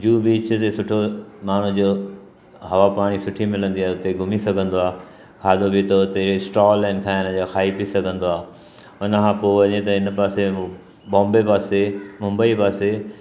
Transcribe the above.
Juhu beach ते सुठो माण्हू जो हवा पाणी सुठी मिलंदी आहे हुते घुमी सघंदो आहे खाधो पीतो हुते स्टॉल आहिनि खाइण जा खाई पी सघंदो आहे हुन खां पोइ वञे त हिन पासे उहो बॉम्बे पासे मुंबई पासे